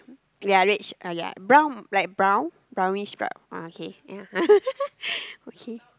ya rage ya brown like brown brownish stripe ah okay ya okay